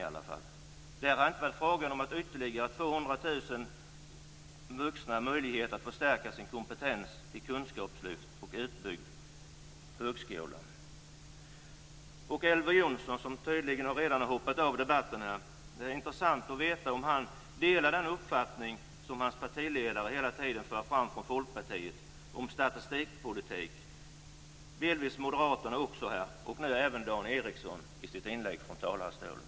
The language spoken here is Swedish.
Det hade inte heller varit fråga om att ge ytterligare drygt 200 000 vuxna möjlighet att förstärka sin kompetens i kunskapslyft och utbyggd högskola. Det skulle vara intressant att veta om Elver Jonsson, som tydligen redan har hoppat av debatten, delar den uppfattning som hans partiledare hela tiden för fram för Folkpartiets räkning. Det gäller delvis också Moderaterna, och nu även Dan Ericsson i hans inlägg från talarstolen.